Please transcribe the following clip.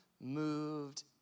moved